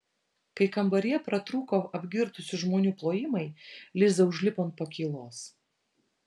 kai kambaryje pratrūko apgirtusių žmonių plojimai liza užlipo ant pakylos